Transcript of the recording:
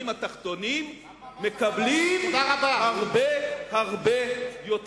התחתונים מקבלים הרבה הרבה יותר.